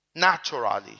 naturally